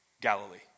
Galilee